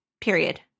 Period